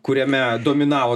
kuriame dominavo